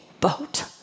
boat